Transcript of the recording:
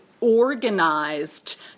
organized